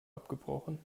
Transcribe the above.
abgebrochen